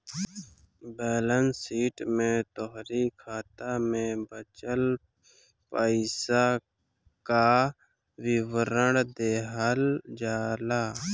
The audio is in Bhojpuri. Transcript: बैलेंस शीट में तोहरी खाता में बचल पईसा कअ विवरण देहल जाला